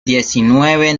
diecinueve